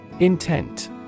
Intent